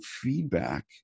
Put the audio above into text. feedback